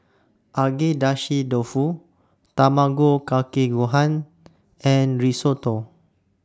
Agedashi Dofu Tamago Kake Gohan and Risotto